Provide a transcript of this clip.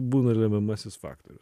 būna lemiamasis faktorius